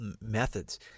methods